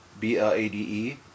B-L-A-D-E